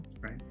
Right